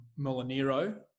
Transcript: Molinero